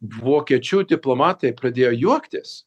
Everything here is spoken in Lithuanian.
vokiečių diplomatai pradėjo juoktis